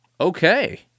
Okay